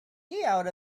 out